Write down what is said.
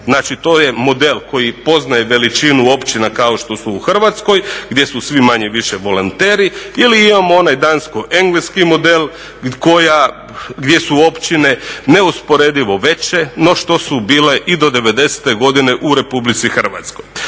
znači to je model koji poznaje veličinu općina kao što su u Hrvatskoj gdje su svi manje-više volonteri ili imamo onaj dansko-engleski model gdje su općine neusporedivo veće no što su bile i do 90.te godine u Republici Hrvatskoj.